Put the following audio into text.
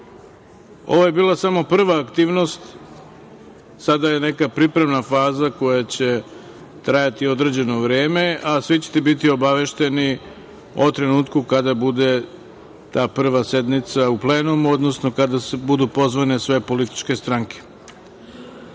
je bila samo prva aktivnost. Sada je neka pripremna faza koja će trajati određeno vreme, a svi ćete biti obavešteni o trenutku kada bude ta prva sednica u plenumu, odnosno kada budu pozvane sve političke stranke. Idemo